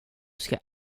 ska